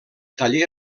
taller